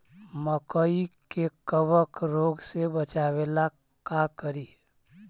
मकई के कबक रोग से बचाबे ला का करि?